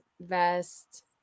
vest